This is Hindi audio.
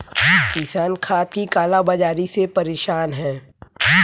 किसान खाद की काला बाज़ारी से परेशान है